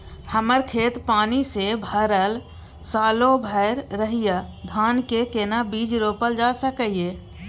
हमर खेत पानी से भरल सालो भैर रहैया, धान के केना बीज रोपल जा सकै ये?